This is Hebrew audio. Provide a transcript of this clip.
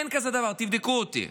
אין כזה דבר, תבדקו אותי.